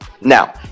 Now